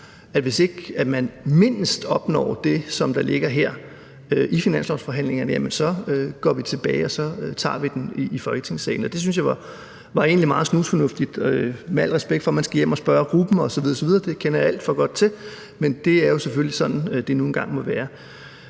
at hvis ikke man mindst opnår det, som der ligger her i finanslovsforhandlingerne, går man tilbage og tager den i Folketingssalen. Det synes jeg egentlig var meget snusfornuftigt – med al respekt for, at man skal hjem og spørge gruppen osv. osv., det kender jeg alt for godt til, men det er jo selvfølgelig sådan, det nu engang må være.